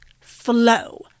flow